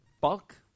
bulk